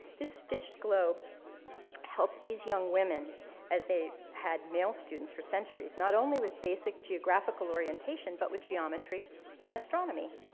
this stitched globe helped these young women as they had male students for centuries, not only with basic geographical orientation but with geometry and astronomy.